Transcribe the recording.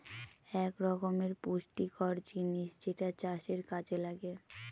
এক রকমের পুষ্টিকর জিনিস যেটা চাষের কাযে লাগে